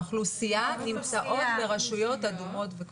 19% מהאוכלוסייה נמצאות ברשויות אדומות וכתומות.